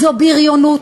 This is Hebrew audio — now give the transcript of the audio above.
זו בריונות,